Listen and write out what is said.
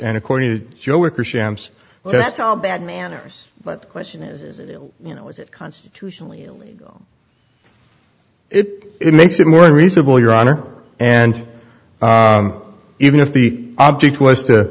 and according to joe worker stamps well that's all bad manners but the question is you know is it constitutionally illegal if it makes it more reasonable your honor and even if the object was to